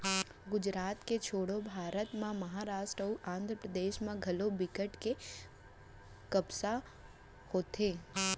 गुजरात के छोड़े भारत म महारास्ट अउ आंध्रपरदेस म घलौ बिकट के कपसा होथे